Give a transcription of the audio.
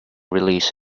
release